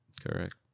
Correct